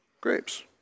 Grapes